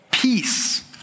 Peace